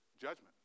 judgment